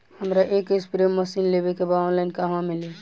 हमरा एक spray machine लेवे के बा ऑनलाइन कहवा मिली?